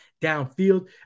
downfield